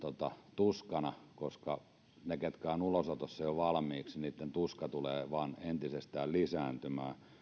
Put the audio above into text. tuskana koska niiden jotka ovat ulosotossa jo valmiiksi tuska tulee vain entisestään lisääntymään